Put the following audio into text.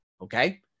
Okay